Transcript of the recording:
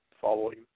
following